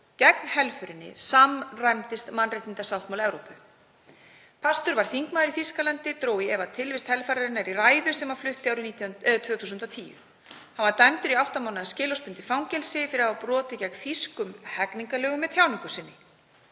gegn helförinni samræmdist mannréttindasáttmála Evrópu. Pastörs, sem var þingmaður í Þýskalandi, dró í efa tilvist helfararinnar í ræðu sem hann flutti árið 2010. Pastörs var dæmdur í átta mánaða skilorðsbundið fangelsi fyrir að hafa brotið gegn þýskum hegningarlögum með tjáningu sinni.